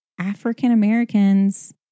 African-Americans